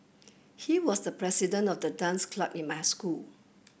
he was the president of the dance club in my school